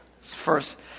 First